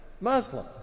Muslim